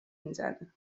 میزنه